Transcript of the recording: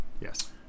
Yes